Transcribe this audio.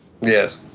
Yes